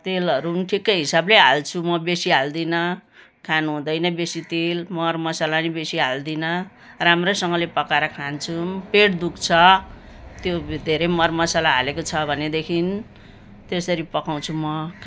तेलहरू पनि ठिकै हिसाबले हाल्छु म बेसी हाल्दिनँ खानुहुँदैन बेसी तेल मरमसाला पनि बेसी हाल्दिनँ राम्रैसँगले पकाएर खान्छु पेट दुख्छ त्यो धेरै मरमसाला हालेको छ भनेदेखि त्यसरी पकाउँछु म